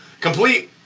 Complete